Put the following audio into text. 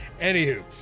anywho